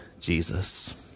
Jesus